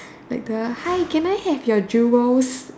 like the hi can I have your jewels